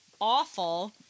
awful